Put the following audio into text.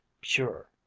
pure